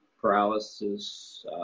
paralysis